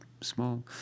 small